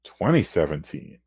2017